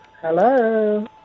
Hello